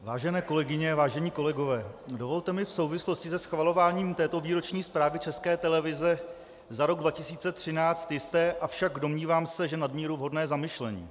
Vážené kolegyně, vážení kolegové, dovolte mi v souvislosti se schvalováním této výroční zprávy České televize za rok 2013 jisté, avšak domnívám se, nadmíru vhodné zamyšlení.